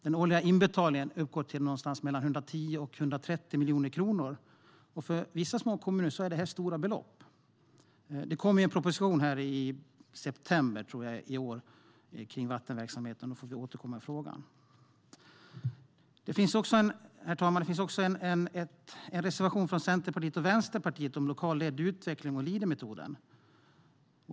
Den årliga inbetalningen uppgår totalt någonstans mellan 110 och 130 miljoner kronor, och för vissa små kommuner är det stora belopp. Det kommer en proposition i september i år om vattenverksamheten, tror jag. Då får vi återkomma i frågan. Herr talman! Det finns också en reservation från Centerpartiet och Vänsterpartiet om lokalt ledd utveckling och Leadermetoden.